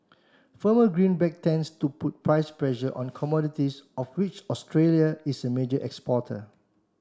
firmer green back tends to put price pressure on commodities of which Australia is a major exporter